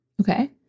Okay